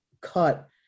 cut